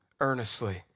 Earnestly